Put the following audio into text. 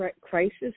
crisis